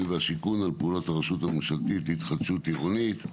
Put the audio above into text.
והשיכון על פעולות הרשות הממשלתית להתחדשות עירונית.